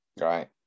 right